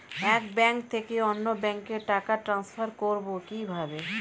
এক ব্যাংক থেকে অন্য ব্যাংকে টাকা ট্রান্সফার করবো কিভাবে?